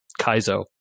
Kaizo